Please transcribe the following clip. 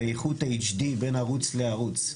באיכות HD בין ערוץ לערוץ,